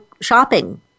shopping